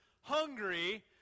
hungry